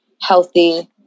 healthy